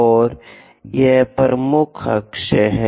और यह प्रमुख अक्ष है